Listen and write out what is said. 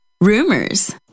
rumors